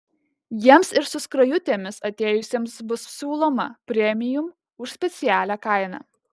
jiems ir su skrajutėmis atėjusiems bus siūloma premium už specialią kainą